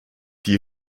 die